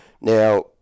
Now